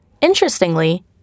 Interestingly